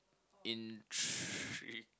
in three